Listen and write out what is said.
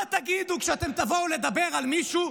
מה תגידו כשאתם תבואו לדבר על מישהו,